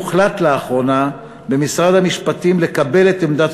הוחלט לאחרונה במשרד המשפטים לקבל את עמדת